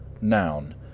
Noun